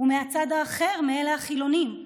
ומהצד האחר מאלה החילונים,